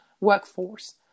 workforce